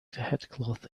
headcloth